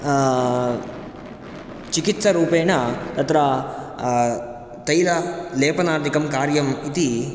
चिकित्सारूपेण तत्र तैललेपनादिकं कार्यम् इति